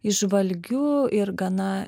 įžvalgiu ir gana